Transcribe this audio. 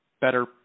better